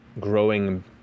growing